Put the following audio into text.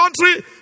country